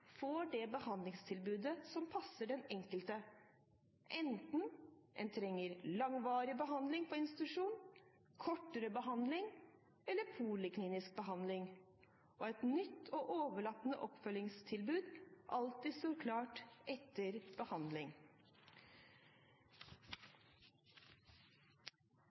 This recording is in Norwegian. får det behandlingstilbudet som passer den enkelte, enten en trenger langvarig behandling på institusjon, kortere behandling eller poliklinisk behandling, og at et nytt og overlappende oppfølgingstilbud alltid står klart etter behandling.